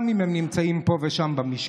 גם אם הם נמצאים פה ושם במשכן,